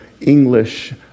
English